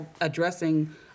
addressing